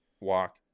walk